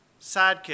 sidekick